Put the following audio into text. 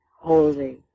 holy